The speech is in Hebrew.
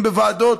בדיונים בוועדות.